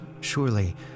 surely